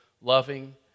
loving